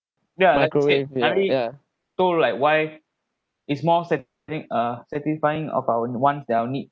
yeah like I said I already told like why is more uh satisfying of our wants than our needs